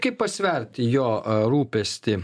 kaip pasverti jo a rūpestį